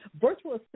virtual